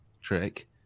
trick